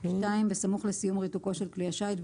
בסמוך לסיום ריתוקו של כלי השיט,